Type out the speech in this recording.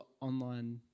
online